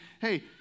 hey